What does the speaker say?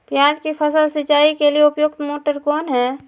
प्याज की फसल सिंचाई के लिए उपयुक्त मोटर कौन है?